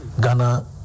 Ghana